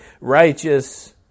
righteous